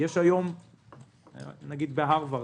למשל בהרווארד,